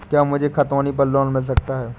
क्या मुझे खतौनी पर लोन मिल सकता है?